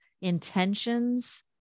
intentions